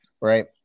Right